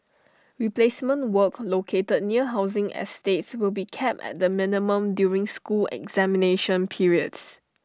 replacement work located near housing estates will be kept at the minimum during school examination periods